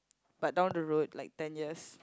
but down the road like ten years